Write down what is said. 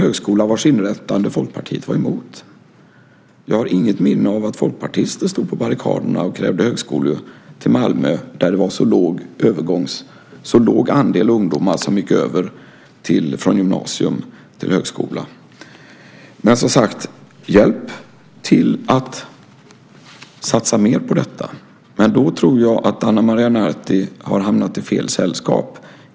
Jag har inget minne av att folkpartister stod på barrikaderna och krävde högskola till Malmö där en så låg andel ungdomar gick över från gymnasium till högskola. Hjälp till med att satsa mer på detta, men jag tror att Ana Maria Narti har hamnat i fel sällskap.